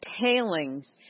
tailings